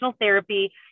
therapy